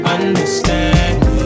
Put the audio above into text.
Understand